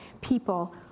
people